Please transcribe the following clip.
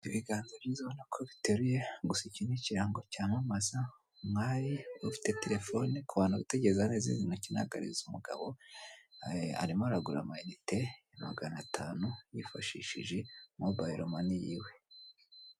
Ibiganza byiza urabona ko biteruye, gusa iki ni ikirango cyamamaza, umwari ufite telefone, ku bantu bitegereza neza izi ntoki ntabwo ari iz'umugabo, arimo aragura amainite ya maganatanu yifashishije Mobayilo Mani y'iwe.